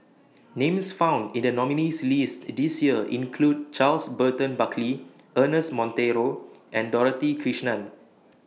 Names found in The nominees' list This Year include Charles Burton Buckley Ernest Monteiro and Dorothy Krishnan